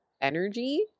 energy